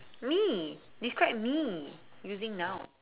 me describe me using noun